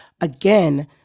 again